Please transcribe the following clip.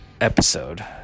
episode